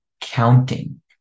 counting